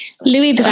Louis